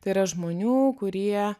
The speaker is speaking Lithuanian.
tai yra žmonių kurie